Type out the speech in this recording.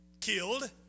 killed